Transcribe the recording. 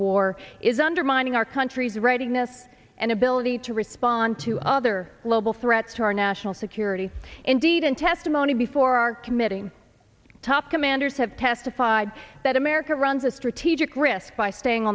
war is undermining our country's writing this and ability to respond to other global threats to our national security indeed in testimony before our committee top commanders have testified that america runs a strategic risk by staying